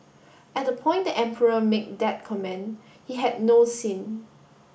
at the point the emperor make that comment he had no sin